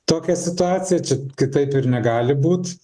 tokią situaciją čia kitaip ir negali būt